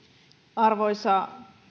arvoisa